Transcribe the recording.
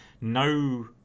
no